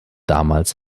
damals